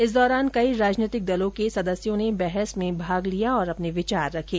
इस दौरान कई राजनीतिक दलों के सदस्यों ने बहस में हिस्सा लिया और अपने विचार रखे